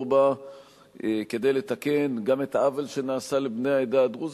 בה כדי לתקן גם את העוול שנעשה לבני העדה הדרוזית,